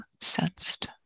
sensed